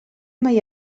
mai